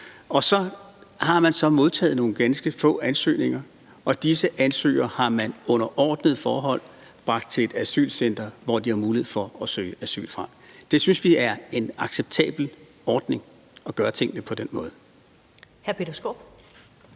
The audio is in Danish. Så har man modtaget nogle ganske få ansøgere, og disse ansøgere har man under ordnede forhold bragt til et asylcenter, hvor de har mulighed for at søge asyl. Det synes vi er en acceptabel ordning, altså at gøre tingene på den måde.